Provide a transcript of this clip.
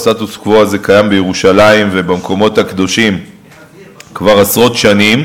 והסטטוס-קוו הזה קיים בירושלים ובמקומות הקדושים כבר עשרות שנים.